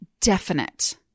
definite